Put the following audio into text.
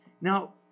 Now